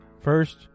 First